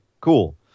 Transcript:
cool